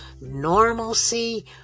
normalcy